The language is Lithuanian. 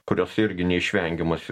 kurios irgi neišvengiamos